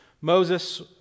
Moses